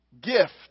gift